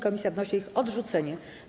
Komisja wnosi o ich odrzucenie.